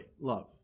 love